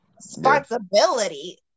responsibility